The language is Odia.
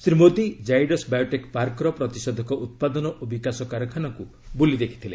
ଶ୍ରୀ ମୋଦି ଜାଇଡସ୍ ବାୟୋଟେକ୍ ପାର୍କର ପ୍ରତିଷେଧକ ଉତ୍ପାଦନ ଓ ବିକାଶ କାରଖାନାକୁ ବୁଲି ଦେଖଥିଲେ